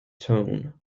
tone